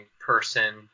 person